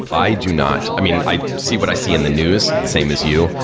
i do not. i mean, i see what i see in the news, the same as you,